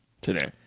today